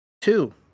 two